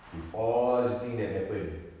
with all these things that happened